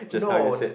no